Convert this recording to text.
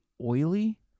oily